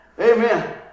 Amen